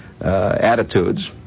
attitudes